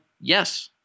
yes